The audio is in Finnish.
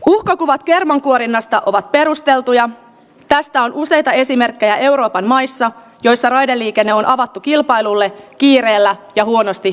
ulkokuvat kerman kuorinnasta ovat perusteltuja tästä on useita esimerkkejä euroopan maissa joissa raideliikenne on avattu kilpailulle kiireellä ja huonosti